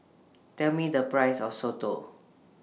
Tell Me The Price of Soto